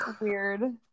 weird